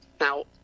Now